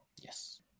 Yes